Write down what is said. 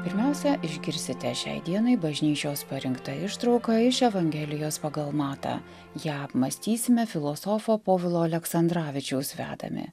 pirmiausia išgirsite šiai dienai bažnyčios parinktą ištrauką iš evangelijos pagal matą ją apmąstysime filosofo povilo aleksandravičiaus vedami